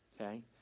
Okay